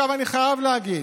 אני חייב להגיד